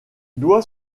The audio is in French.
doit